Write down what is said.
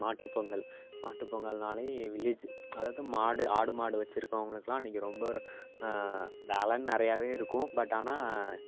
மாட்டுப்பொங்கல் மாட்டுப்பொங்கல்னாலே வில்லேஜு அதாவது மாடு ஆடு மாடு வெச்சிருக்கவங்களுக்குலாம் அன்னைக்கு ரொம்ப வேலைன்னு நிறையாவே இருக்கும் பட் ஆனால்